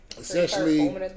essentially